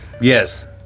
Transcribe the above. Yes